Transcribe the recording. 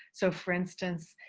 so for instance,